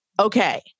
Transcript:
Okay